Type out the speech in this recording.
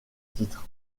titre